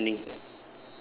ya he is standing